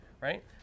right